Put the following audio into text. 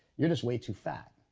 you're just way too fat.